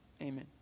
Amen